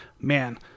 man